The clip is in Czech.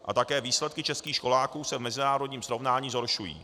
A také výsledky českých školáků se v mezinárodním srovnání zhoršují.